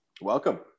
Welcome